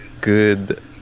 good